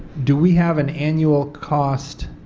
do we have an annual cost